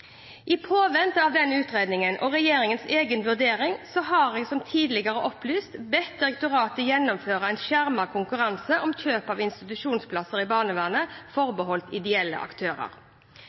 I påvente av den utredningen og regjeringens egen vurdering har jeg, som tidligere opplyst, bedt direktoratet gjennomføre en skjermet konkurranse om kjøp av institusjonsplasser i barnevernet forbeholdt ideelle aktører.